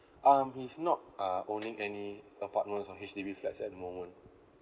um he's not uh owning any apartments on H_D_B flats at the moment